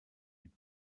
mit